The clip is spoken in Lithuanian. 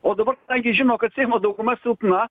o dabar kadangi jis žino kad seimo dauguma silpna